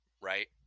right